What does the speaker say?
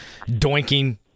doinking